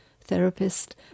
therapist